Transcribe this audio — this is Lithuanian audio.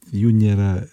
jų nėra